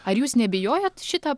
ar jūs nebijojot šitą